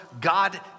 God